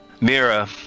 Mira